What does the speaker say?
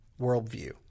worldview